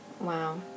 Wow